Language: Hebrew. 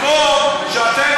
במקום שאתם